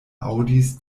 aŭdis